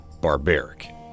barbaric